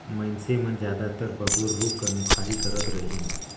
मइनसे मन जादातर बबूर रूख कर मुखारी करत रहिन